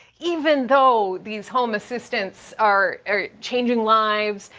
even though these home assistants are changing lives,